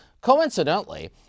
Coincidentally